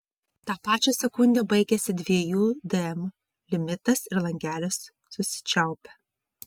tą pačią sekundę baigiasi dviejų dm limitas ir langelis susičiaupia